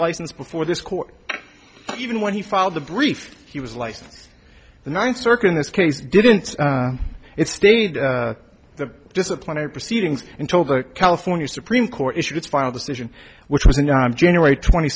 licensed before this court even when he filed the brief he was license the ninth circuit in this case didn't it stayed the disciplinary proceedings until the california supreme court issued its final decision which was in january twenty